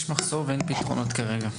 יש מחסור ואין פתרונות כרגע.